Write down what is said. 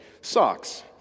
socks